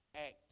act